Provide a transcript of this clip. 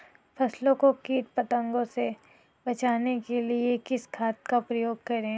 फसलों को कीट पतंगों से बचाने के लिए किस खाद का प्रयोग करें?